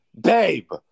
babe